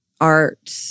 art